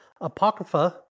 apocrypha